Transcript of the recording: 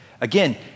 Again